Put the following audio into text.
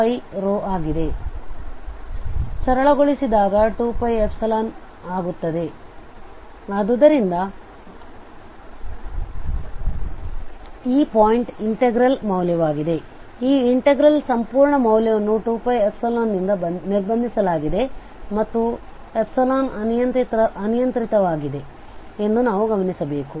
ಸರಳಗೊಳಿಸಿದಾಗ 2πϵ ಆಗುತ್ತದೆ ಆದ್ದರಿಂದ ಈಗ ಪಾಯಿಂಟ್ ಈ ಇನ್ಟೆಗ್ರಲ್ ಮೌಲ್ಯವಾಗಿದೆ ಈ ಇನ್ಟೆಗ್ರಲ್ ಸಂಪೂರ್ಣ ಮೌಲ್ಯವನ್ನು 2πϵ ನಿಂದ ನಿರ್ಬಂಧಿಸಲಾಗಿದೆ ಮತ್ತು ಅನಿಯಂತ್ರಿತವಾಗಿದೆ ಎಂದು ನಾವು ಗಮನಿಸಬೇಕು